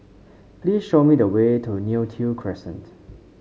please show me the way to Neo Tiew Crescent